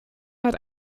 hat